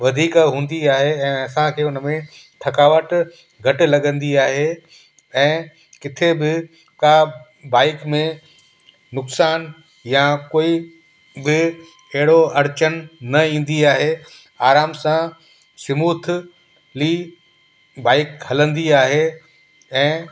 वधीक हूंदी आहे ऐं असांखे उन में थकावट घटि लॻंदी आहे ऐं किथे बि का बाइक में नुक़सानु या कोई बि अहिड़ो अर्चन न ईंदी आहे आराम सां स्मूथली बाइक हलंदी आहे ऐं